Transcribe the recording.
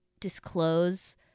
disclose